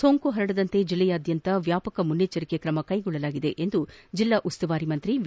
ಸೋಂಕು ಹರಡದಂತೆ ಜಿಲ್ಲೆಯಾದ್ಯಂತ ವ್ಯಾಪಕ ಮುನ್ನೆಚ್ಚರಿಕೆ ತ್ರಮ ತೆಗೆದುಕೊಳ್ಳಲಾಗಿದೆ ಎಂದು ಜಿಲ್ಲಾ ಉಸ್ತುವಾರಿ ಸಚಿವ ವಿ